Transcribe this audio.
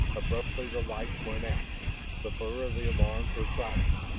abruptly the lights went out the burr of the alarms was silenced.